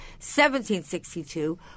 1762